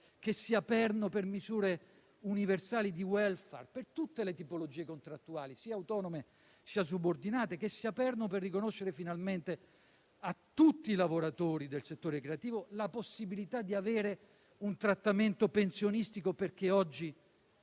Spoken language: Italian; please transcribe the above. che sia perno per misure universali di *welfare* per tutte le tipologie contrattuali, sia autonome che subordinate, che sia perno per riconoscere finalmente a tutti i lavoratori del settore creativo la possibilità di avere un trattamento pensionistico. Oggi